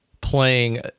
playing